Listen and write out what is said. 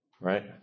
Right